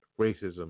racism